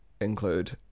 include